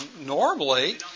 normally